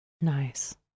Nice